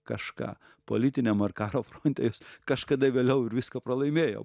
kažką politiniam ar karo fronte jos kažkada vėliau ir viską pralaimėjo